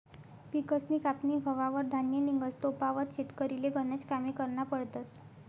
पिकसनी कापनी व्हवावर धान्य निंघस तोपावत शेतकरीले गनज कामे करना पडतस